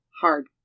hard